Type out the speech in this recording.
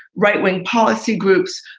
right wing policy groups,